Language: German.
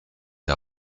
der